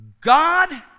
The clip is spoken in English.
God